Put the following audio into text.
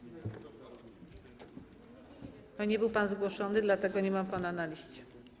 Nie był pan zgłoszony, dlatego nie mam pana na liście.